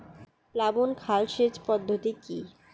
প্লাবন খাল সেচ পদ্ধতি কি?